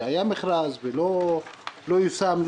היה מכרז ולא יושם,